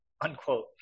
unquote